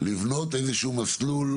לבנות איזשהו מסלול